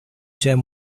gem